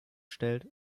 stellt